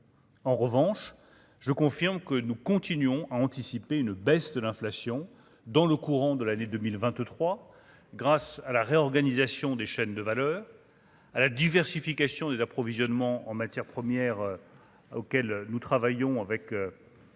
En revanche, je confirme que nous continuons à anticiper une baisse de l'inflation dans le courant de l'année 2023 grâce à la réorganisation des chaînes de valeur à la diversification des approvisionnements en matières premières, auquel nous travaillons avec. Les